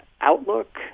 outlook